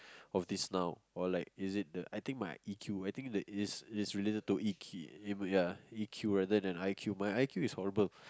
of this now or like is it the I think my E_Q I think the it is it is related to E_Q ya E_Q rather than I_Q my I_Q is horrible